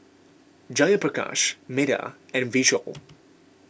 Jayaprakash Medha and Vishal